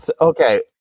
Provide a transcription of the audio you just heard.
okay